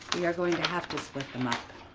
we are going to have to split them up.